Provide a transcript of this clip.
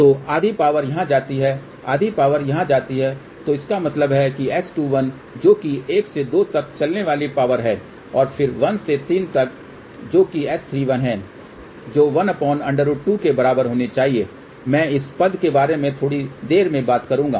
तो आधी पावर यहाँ जाती है आधी पावर यहाँ जाती है तो इसका मतलब है कि S21 जो कि 1 से 2 तक चलने वाली पावर है और फिर 1 से 3 तक जो कि S31 है जो 1√2 के बराबर होनी चाहिए मैं इस पद के बारे में थोड़ी देर बाद बात करूंगा